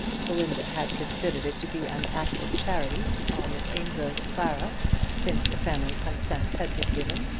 belinda had considered it to be an act of charity to call miss amedroz clara since the family consent had been given.